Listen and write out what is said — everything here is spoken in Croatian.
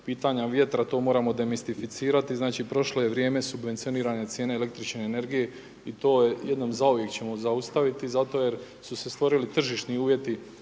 pitanja vjetra to moramo demistificirati. Znači prošlo je vrijeme subvencionirane cijene električne energije i to jednom zauvijek ćemo zaustaviti zato jer su se stvorili tržišni uvjeti